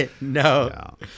No